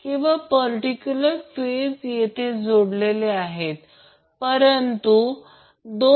त्याचप्रमाणे P3 साठी VCN Ic cos हा VCN हा 120° आहे आणि Ic चा अँगल 66